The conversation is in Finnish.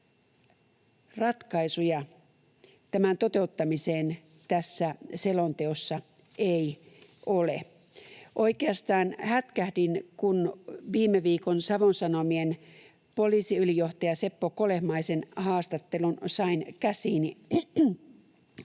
ratkaisuja tämän toteuttamiseen tässä selonteossa ei ole. Oikeastaan hätkähdin, kun sain käsiini viime viikon Savon Sanomien poliisiylijohtaja Seppo Kolehmaisen haastattelun. Nimittäin